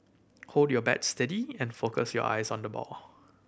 hold your bat steady and focus your eyes on the ball